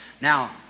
Now